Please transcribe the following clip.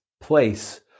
place